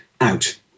out